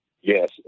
Yes